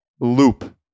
Loop